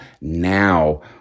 now